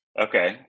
Okay